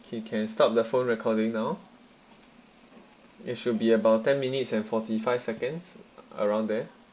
you can stop the phone recording now it should be about ten minutes and forty five seconds around there